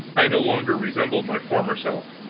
i no longer resembled my former self.